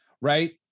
right